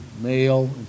Male